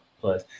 Plus